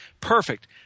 Perfect